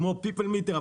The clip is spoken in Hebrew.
כמו פיפל מיטר,